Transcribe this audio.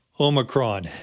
Omicron